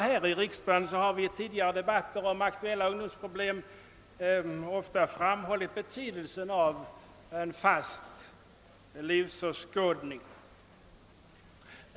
Här i riksdagen har vi i tidigare debatter om aktuella ungdomsproblem ofta framhållit betydelsen av en fast livsåskådning.